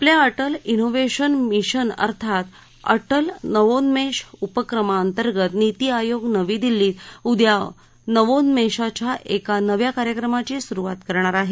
आपल्या अधिक innovation mission अर्थात अधिक नवोन्मेष उपक्रमांतर्गत निती आयोग नवी दिल्लीत उद्या नवोन्मेषाच्या एका नव्या कार्यक्रमाची सुरुवात करणार आहे